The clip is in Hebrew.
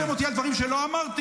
הכפשתם אותי על דברים שלא אמרתי,